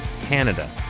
Canada